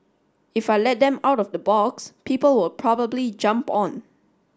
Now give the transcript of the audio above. if I let them out of the box people will probably jump on